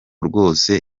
rwose